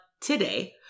today